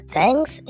Thanks